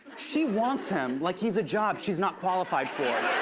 she wants him like he's a job she's not qualified for.